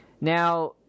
Now